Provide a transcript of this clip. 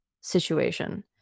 situation